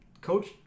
Coach